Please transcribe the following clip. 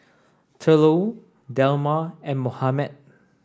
Thurlow Delma and Mohamed